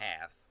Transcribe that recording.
half